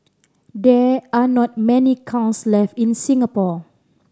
there are not many kilns left in Singapore